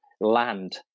land